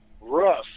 rough